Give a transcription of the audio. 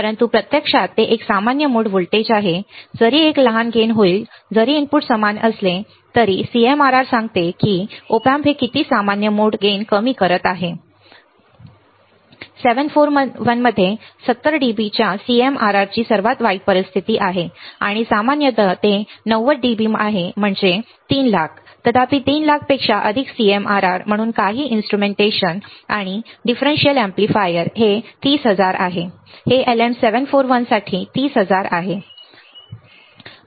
परंतु प्रत्यक्षात ते एक सामान्य मोड व्होल्टेज आहे जरी एक लहान फायदा होईल जरी इनपुट समान असले तरी CMRR सांगते की Op amp हे किती सामान्य मोड लाभ कमी करत आहे 741 मध्ये 70 dB च्या CMRR ची सर्वात वाईट परिस्थिती आहे आणि सामान्यत ते 90 आहे dB म्हणजे 300000 तथापि 300000 पेक्षा अधिक CMRR म्हणून काही इन्स्ट्रुमेंटेशन आणि फरक एम्पलीफायर हे 30000 आहे बरोबर हे LM7 4 1 साठी 30000 आहे